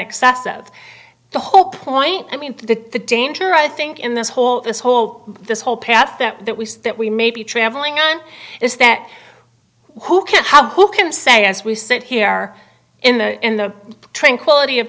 excessive the whole point i mean the the danger i think in this whole this whole this whole path that was that we may be traveling on is that who can how who can say as we sit here in the in the tranquillity